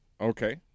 Okay